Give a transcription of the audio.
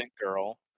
girl